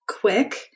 quick